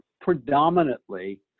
Predominantly